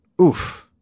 oof